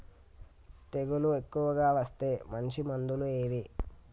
తెగులు ఎక్కువగా వస్తే మంచి మందులు ఏవి?